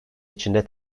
içinde